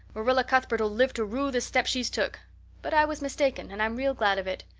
marilla cuthbert ll live to rue the step she's took but i was mistaken and i'm real glad of it.